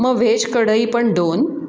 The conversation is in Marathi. मग व्हेज कढई पण दोन